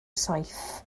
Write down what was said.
saith